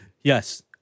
Yes